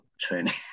training